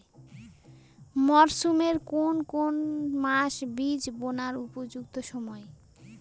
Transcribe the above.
মরসুমের কোন কোন মাস বীজ বোনার উপযুক্ত সময়?